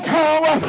power